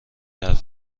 حرف